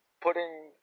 putting